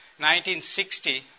1960